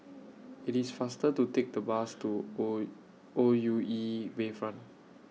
IT IS faster to Take The Bus to O O U E Bayfront